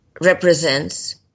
represents